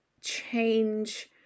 change